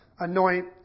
Anoint